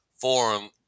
Forum